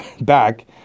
back